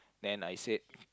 then I said